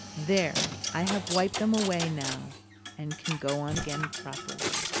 there! i have wiped them away now and can go on again properly.